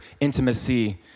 intimacy